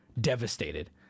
devastated